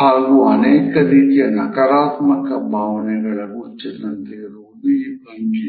ಹಾಗೂ ಅನೇಕ ರೀತಿಯ ನಕಾರಾತ್ಮಕ ಭಾವನೆಗಳ ಗುಚ್ಚದಂತೆ ಇರುವುದು ಈ ಭಂಗಿ